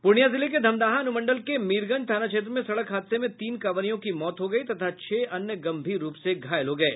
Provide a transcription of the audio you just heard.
पूर्णिया जिले के धमदाहा अनुमंडल के मीरगंज थाना क्षेत्र में सड़क हादसे में तीन कांवरियों की मौत हो गई तथा छह अन्य गंभीर रूप से घायल हो गये